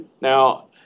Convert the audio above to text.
Now